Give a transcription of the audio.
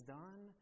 done